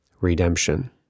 Redemption